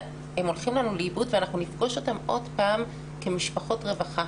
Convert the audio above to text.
הולכים לנו לאיבוד ואנחנו פוגשים אותם עוד פעם כמשפחות רווחה